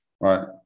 right